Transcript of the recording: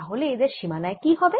তাহলে এদের সীমানায় কি হবে